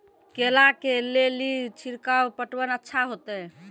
केला के ले ली छिड़काव पटवन अच्छा होते?